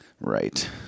Right